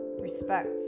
respect